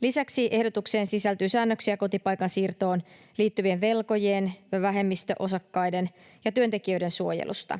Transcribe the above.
Lisäksi ehdotukseen sisältyy säännöksiä kotipaikan siirtoon liittyvien velkojien, vähemmistöosakkaiden ja työntekijöiden suojelusta.